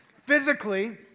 physically